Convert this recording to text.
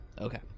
Okay